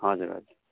हजुर हजुर